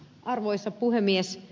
arvoisa puhemies